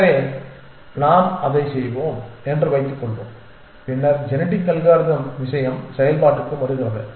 எனவே நாம் அதைச் செய்வோம் என்று வைத்துக் கொள்வோம் பின்னர் ஜெனடிக் அல்காரிதம் விஷயம் செயல்பாட்டுக்கு வருகிறது